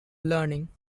learning